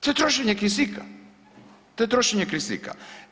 To je trošenje kisika, to je trošenje kisika.